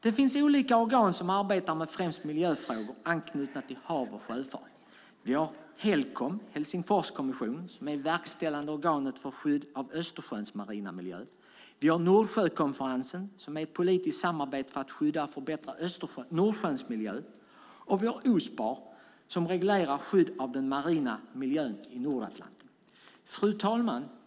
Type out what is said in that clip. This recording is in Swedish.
Det finns olika organ som arbetar med främst miljöfrågor anknutna till hav och sjöfart. Vi har Helcom, Helsingforskommissionen, som är det verkställande organet för skydd av Östersjöns marina miljö. Vi har Nordsjökonferensen som är ett politiskt samarbete för att skydda och förbättra Nordsjöns miljö. Och vi har Ospar som reglerar skydd av den marina miljön i Nordatlanten. Fru talman!